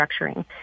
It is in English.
structuring